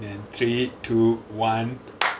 and three two one